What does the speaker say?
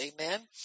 amen